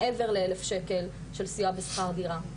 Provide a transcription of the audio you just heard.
מעבר 1,000 ₪ של סיוע בשכר דירה.